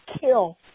kill